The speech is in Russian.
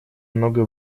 много